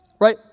right